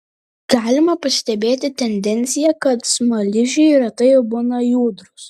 galima pastebėti tendenciją kad smaližiai retai būna judrūs